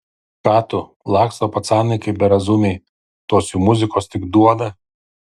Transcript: ką tu laksto pacanai kaip berazumiai tos jų muzikos tik duoda